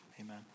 amen